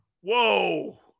Whoa